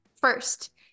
First